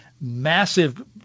massive